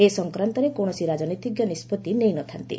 ଏ ସଂକ୍ରାନ୍ତରେ କୌଣସି ରାଜନିତୀଜ୍ଞ ନିଷ୍ପଭି ନେଇ ନ ଥା'ନ୍ତି